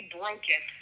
broken